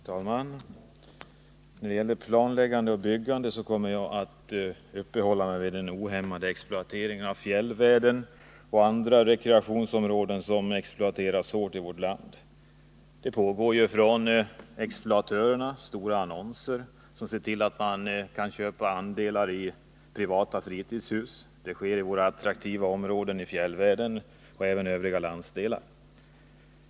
Herr talman! När det gäller planläggning och byggande kommer jag at uppehålla mig vid den ohämmade exploateringen av fjällvärlden och andra rekreationsområden i vårt land. Det pågår en omfattande annonsering från exploatörernas sida, och de ser till att man köpa andelar i privata fritidshus. Dessa är belägna i de attraktiva områdena i fjällvärlden och även i övriga landsdelar.